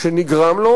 שנגרם לו